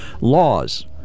laws